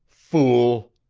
fool!